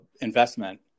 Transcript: investment